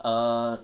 err